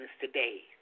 today